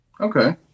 Okay